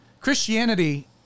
Christianity